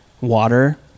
water